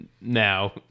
Now